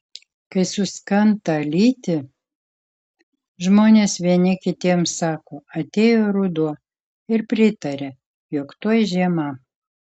kai suskanta lyti žmonės vieni kitiems sako atėjo ruduo ir pritaria jog tuoj žiema